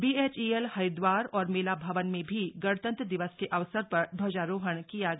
BHEL Haridwar और मेला भवन में भी गणतंत्र दिवस के अवसर पर ध्वजारोहण किया गया